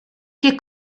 che